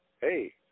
Hey